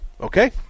Okay